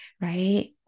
right